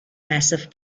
massive